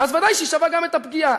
ודאי שהיא שווה גם את הפגיעה.